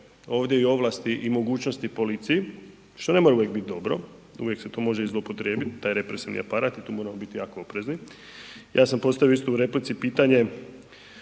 ovdje ovlasti i mogućnosti policiji, što ne mora uvijek biti dobro, uvijek se to može i zloupotrijebiti, taj represivni aparat i tu moramo biti jako oprezni. Ja sam postavio isto u replici pitanje